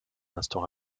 instant